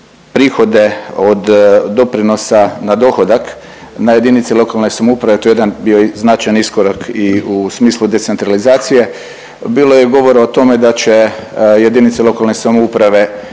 prihode od doprinosa na dohodak na jedinice lokalne samouprave to je jedan bio značajan iskorak i u smislu decentralizacije. Bilo je govora o tome da će jedinice lokalne samouprave